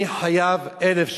אני חייב 1,000 שקלים,